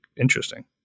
interesting